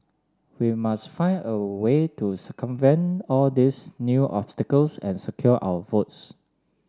we must find a way to circumvent all these new obstacles and secure our votes